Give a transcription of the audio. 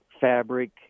fabric